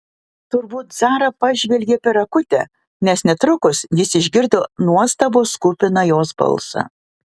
turbūt zara pažvelgė per akutę nes netrukus jis išgirdo nuostabos kupiną jos balsą